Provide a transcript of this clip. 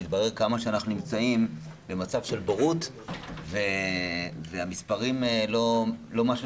מתברר כמה שאנחנו נמצאים במצב של בורות והמספרים לא משהו